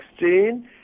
2016